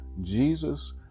Jesus